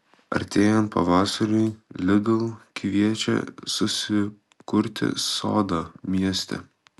artėjant pavasariui lidl kviečia susikurti sodą mieste